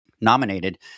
nominated